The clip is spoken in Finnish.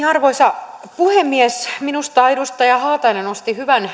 arvoisa puhemies minusta edustaja haatainen nosti keskusteluun hyvän